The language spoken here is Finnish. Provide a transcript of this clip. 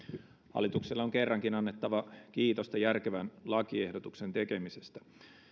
on kerrankin annettava kiitosta järkevän lakiehdotuksen tekemisestä